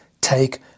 take